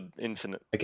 infinite